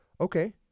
okay